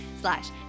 Slash